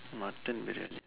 Mutton briyani